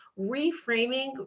reframing